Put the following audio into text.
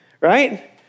right